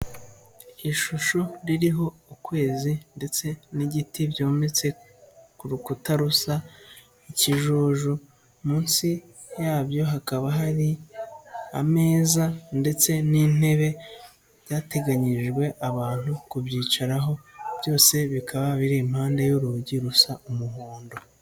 Ishusho ririho ukwezi ndetse n'igiti byometse ku rukuta rusa ikijuju, munsi yabyo hakaba hari ameza ndetse n'intebe, byateganyirijwe abantu ku byicaraho, byose bikaba biri impande y'urugi rusa umuhondo.